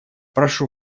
прошу